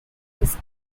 this